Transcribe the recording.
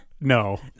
no